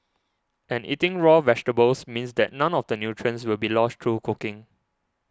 and eating raw vegetables means that none of the nutrients will be lost through cooking